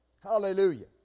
hallelujah